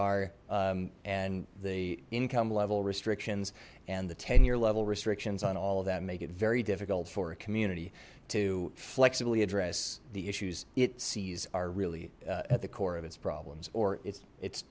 are and the income level restrictions and the ten year level restrictions on all of that make it very difficult for a community to flexibly address the issues it sees are really at the core of its problems or its it